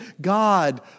God